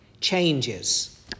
changes